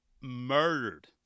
murdered